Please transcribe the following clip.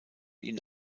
ihn